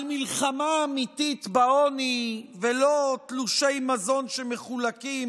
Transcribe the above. על מלחמה אמיתית בעוני ולא תלושי מזון שמחולקים